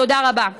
תודה רבה.